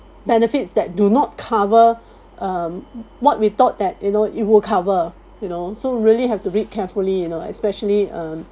benefits that do not cover um what we thought that you know it will cover you know so really have to read carefully you know especially um